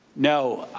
no.